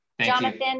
Jonathan